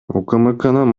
укмкнын